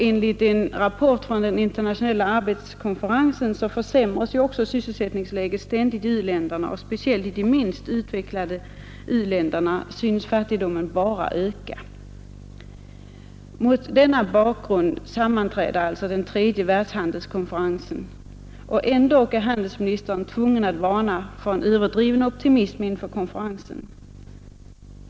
Enligt en rapport från den internationella arbetskonferensen försämras sysselsättningsläget ständigt i u-länderna. Speciellt i de minst utvecklade u-länderna synes fattigdomen bara öka. Mot denna bakgrund sammanträder alltså den tredje världshandelskonferensen, och ändå är handelsministern tvungen att varna för en överdriven optimism inför konferensen.